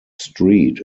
street